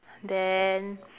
then